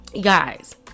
Guys